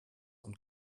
und